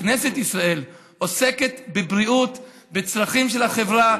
כנסת ישראל עוסקת בבריאות, בצרכים של החברה.